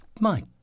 Mike